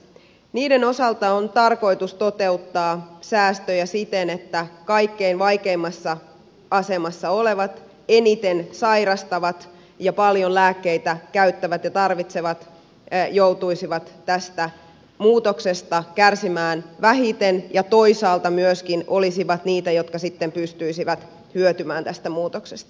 niiden osalta on tarkoitus toteuttaa säästöjä siten että kaikkein vaikeimmassa asemassa olevat eniten sairastavat ja paljon lääkkeitä käyttävät ja tarvitsevat joutuisivat tästä muutoksesta kärsimään vähiten ja toisaalta myöskin olisivat niitä jotka sitten pystyisivät hyötymään tästä muutoksesta